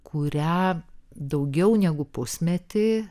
kurią daugiau negu pusmetį